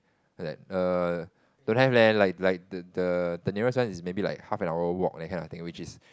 like err don't have leh like like the the the nearest one is maybe like half an hour walk that kind of thing which is